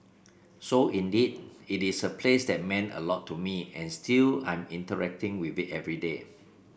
so indeed it is a place that meant a lot to me and still I'm interacting with it every day